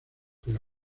pero